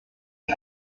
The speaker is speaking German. wir